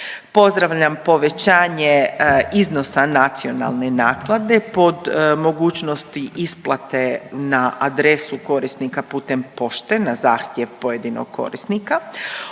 Pozdravljam povećanje iznosa nacionalne naknade pod mogućnosti isplate na adresu korisnika putem pošte na zahtjev pojedinog korisnika.